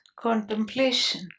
contemplation